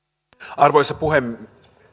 arvoisa puhemies